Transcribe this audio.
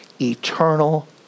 eternal